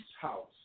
house